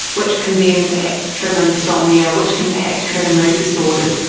which can then perhaps trigger insomnia, which can perhaps trigger mood disorders.